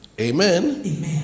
Amen